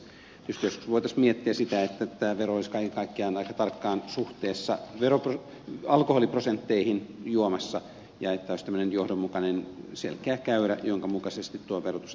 tietysti joskus voitaisiin miettiä sitä että tämä vero olisi kaiken kaikkiaan aika tarkkaan suhteessa alkoholiprosentteihin juomassa ja että olisi tämmöinen johdonmukainen selkeä käyrä jonka mukaisesti tuo verotus tapahtuisi